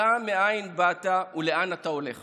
דע מאין באת ולאן אתה הולך